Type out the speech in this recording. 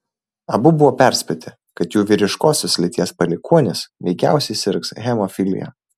abu buvo perspėti kad jų vyriškosios lyties palikuonis veikiausiai sirgs hemofilija